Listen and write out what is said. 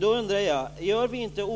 Då undrar jag: Gör vi inte Turkiet